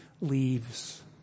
leaves